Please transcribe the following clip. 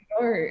No